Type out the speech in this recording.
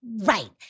Right